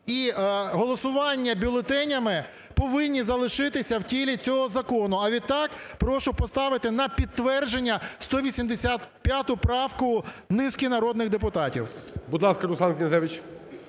і голосування бюлетенями, повинні залишитися в тілі цього закону. А відтак прошу поставити на підтвердження 185 правку низки народних депутатів. ГОЛОВУЮЧИЙ. Будь ласка, Руслан Князевич.